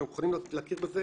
שאנחנו מוכנים להכיר בזה